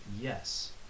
Yes